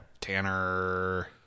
Tanner